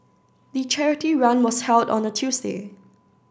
the charity run was held on a Tuesday